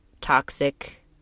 toxic